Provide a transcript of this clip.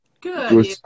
good